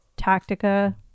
Tactica